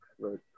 Right